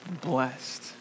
blessed